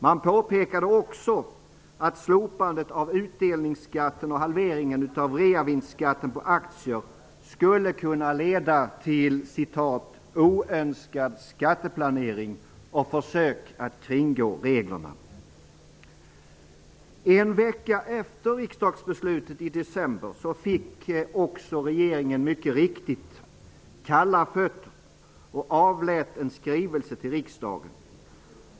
Man påpekade också att slopandet av utdelningsskatten och halveringen av reavinstskatten på aktier skulle kunna leda till ''oönskad skatteplanering och försök att kringgå reglerna''. En vecka efter riksdagsbeslutet i december fick också regeringen mycket riktigt kalla fötter och avlät en skrivelse till riksdagen.